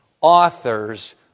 authors